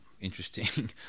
interesting